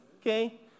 okay